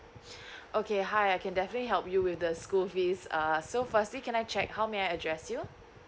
okay hi I can definitely help you with the school fees err so firstly can I check how may I address you